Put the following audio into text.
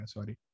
Sorry